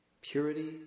purity